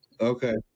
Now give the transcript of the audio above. Okay